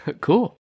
Cool